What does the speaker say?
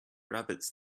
rabbits